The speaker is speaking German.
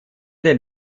den